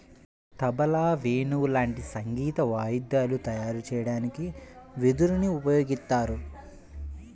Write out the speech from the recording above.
తబలా, వేణువు లాంటి సంగీత వాయిద్యాలు తయారు చెయ్యడానికి వెదురుని ఉపయోగిత్తారు